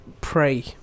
Pray